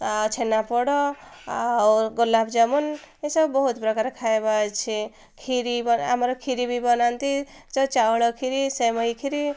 ଆଉ ଛେନାପୋଡ଼ ଆଉ ଗୋଲାପଜାମୁନ୍ ଏସବୁ ବହୁତ ପ୍ରକାର ଖାଇବା ଅଛି ଖିରି ଆମର ଖିରି ବି ବନାନ୍ତି ଯ ଚାଉଳ ଖିରି ସିମେଇ ଖିରି